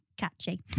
catchy